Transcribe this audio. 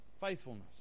faithfulness